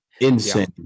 Insane